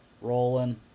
rolling